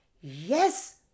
Yes